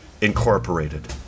Incorporated